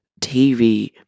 TV